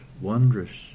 wondrous